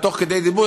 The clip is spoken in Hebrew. תוך כדי דיבור,